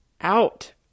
Out